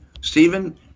Stephen